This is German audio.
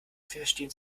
verstehen